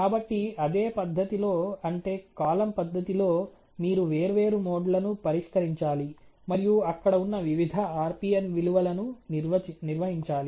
కాబట్టి అదే పద్ధతిలో అంటే కాలమ్ పద్ధతిలో మీరు వేర్వేరు మోడ్లను పరిష్కరించాలి మరియు అక్కడ ఉన్న వివిధ RPN విలువలను నిర్వహించాలి